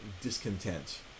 discontent